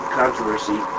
controversy